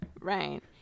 Right